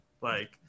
like-